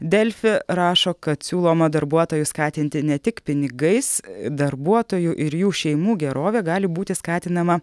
delfi rašo kad siūloma darbuotojus skatinti ne tik pinigais darbuotojų ir jų šeimų gerovė gali būti skatinama